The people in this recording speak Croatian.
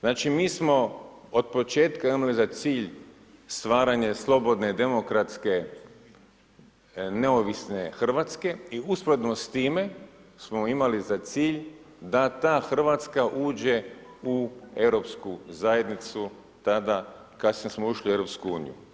Znači mi smo od početka imali za cilj stvaranje slobodne demokratske neovisne Hrvatske i usporedno s time smo imali za cilj da ta Hrvatska uđe u zajednicu tada, kasnije smo ušli u EU.